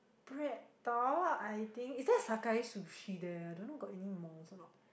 Bread-Talk I think is there Sakae-Sushi there I don't know got any malls or not